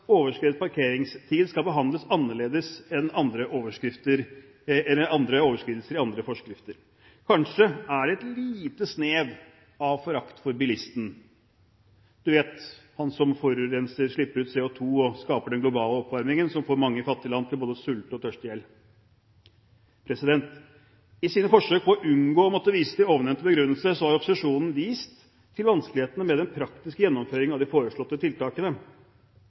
parkeringstid skal behandles annerledes enn andre overskridelser i andre forskrifter. Kanskje er det et lite snev av forakt for bilisten, du vet, han som forurenser, slipper ut CO2 og skaper den globale oppvarmingen som får mange i fattige land til både å sulte og tørste i hjel. I sine forsøk på å unngå å måtte vise til ovennevnte begrunnelse har opposisjonen vist til vanskelighetene med den praktiske gjennomføringen av de foreslåtte tiltakene,